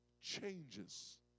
changes